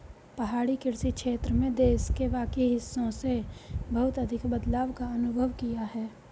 पहाड़ी कृषि क्षेत्र में देश के बाकी हिस्सों से बहुत अधिक बदलाव का अनुभव किया है